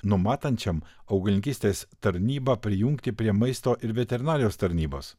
numatančiam augalininkystės tarnybą prijungti prie maisto ir veterinarijos tarnybos